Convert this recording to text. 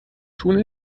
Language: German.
tun